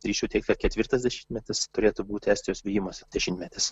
drįsčiau teigt kad ketvirtas dešimtmetis turėtų būti estijos vijimosi dešimtmetis